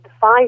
five